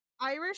Irish